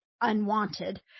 unwanted